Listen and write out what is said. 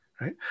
Right